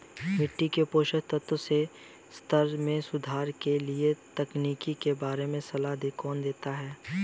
मिट्टी के पोषक तत्वों के स्तर में सुधार के लिए तकनीकों के बारे में सलाह कौन देता है?